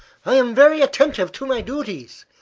i am very attentive to my duties.